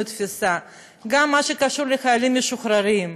גם במה שקשור לחיילים משוחררים,